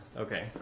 Okay